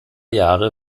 jahre